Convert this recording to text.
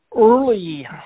early